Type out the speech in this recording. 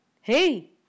Hey